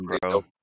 bro